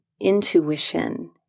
intuition